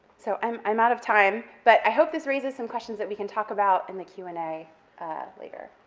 so i'm i'm out of time, but i hope this raises some questions that we can talk about in the q and a later.